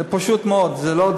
זה כל